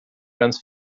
ganz